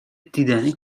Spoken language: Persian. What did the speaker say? دیدنی